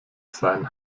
sein